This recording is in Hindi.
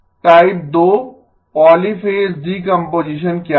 टाइप 2 पॉलीफ़ेज़ डीकम्पोजीशन क्या था